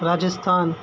Rajasthan